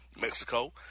Mexico